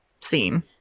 scene